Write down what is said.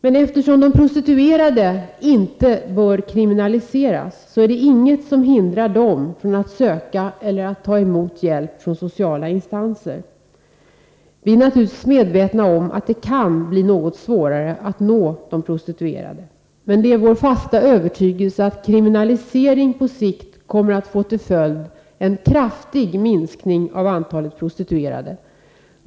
Men eftersom de prostituerade inte bör kriminaliseras är det inget som hindrar dem från att söka eller ta emot hjälp från sociala instanser. Vi är naturligtvis medvetna om att en kriminalisering kan medföra att det blir något svårare att nå de prostituerade, men det är vår fasta övertygelse att kriminaliseringen på sikt kommer att få till följd en kraftig minskning av antalet prostituerade.